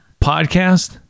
podcast